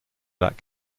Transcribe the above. that